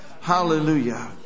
Hallelujah